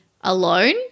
alone